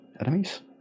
Enemies